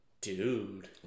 Dude